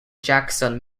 jackson